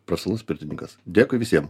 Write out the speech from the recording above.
profesionalus pirtininkas dėkui visiem